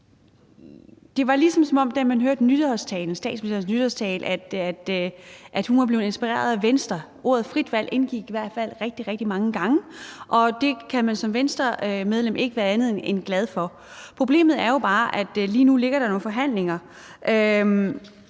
drejer sig om. Da man hørte statsministerens nytårstale, var det, som om hun var blevet inspireret af Venstre. Udtrykket frit valg indgik i hvert fald rigtig, rigtig mange gange, og det kan man som Venstremedlem ikke være andet end glad for. Problemet er jo bare, at der lige nu ligger nogle forhandlinger